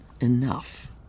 enough